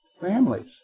Families